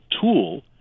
tool